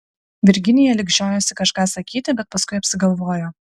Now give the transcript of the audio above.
virginija lyg žiojosi kažką sakyti bet paskui apsigalvojo